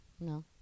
No